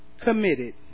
committed